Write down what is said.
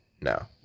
No